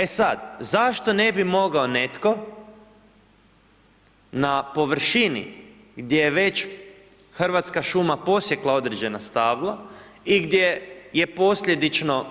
E sad zašto ne bi mogao netko na površini gdje je već Hrvatska šuma posjekla određena stabla i gdje je posljedično